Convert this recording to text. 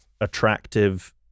attractive